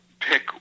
pick